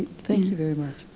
thank you very much.